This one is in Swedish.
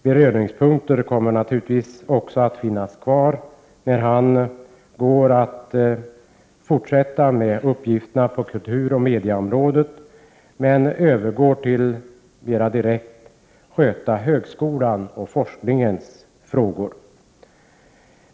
Beröringspunkter kommer naturligtvis att finnas kvar, eftersom han kommer att fortsätta med uppgifterna på kulturoch mediaområdet, samtidigt som han mera direkt kommer att sköta frågorna om högskolan och forskningen.